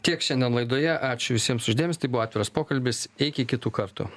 tiek šiandien laidoje ačiū visiems už dėmesį tai buvo atviras pokalbis iki kitų kartų